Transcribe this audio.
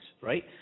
right